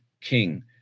king